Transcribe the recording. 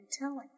telling